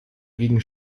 gegen